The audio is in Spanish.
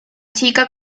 chica